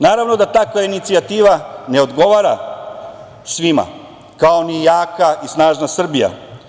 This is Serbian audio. Naravno da takva inicijativa ne odgovara svima, kao ni jaka i snažna Srbija.